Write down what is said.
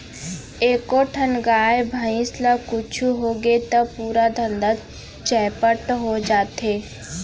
एको ठन गाय, भईंस ल कुछु होगे त पूरा धंधा चैपट हो जाथे